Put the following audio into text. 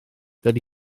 dydy